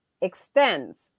extends